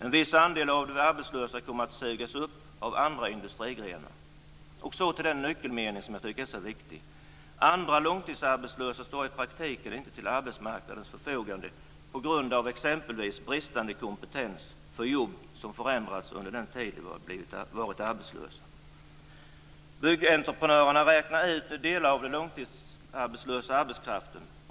En viss andel av de arbetslösa kommer att sugas upp av andra industrigrenar." Så den nyckelmening som jag tycker är viktig: "Andra långtidsarbetslösa står i praktiken inte till arbetsmarknadens förfogande på grund av exempelvis bristande kompetens för jobb som förändrats under deras tid som arbetslösa." Byggentreprenörerna räknar ut delar av den långtidsarbetslösa arbetskraften.